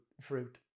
fruit